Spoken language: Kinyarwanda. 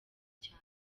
cyane